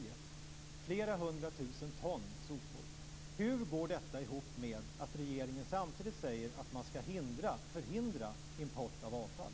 Det handlar om flera hundra tusen ton sopor. Hur går detta ihop med att regeringen samtidigt säger att man ska förhindra import av avfall?